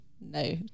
no